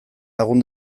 lagun